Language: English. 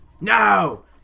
No